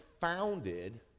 founded